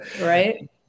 right